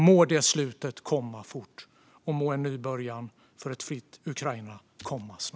Må det slutet komma fort, och må en ny början för ett fritt Ukraina komma snart.